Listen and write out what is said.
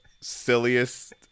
silliest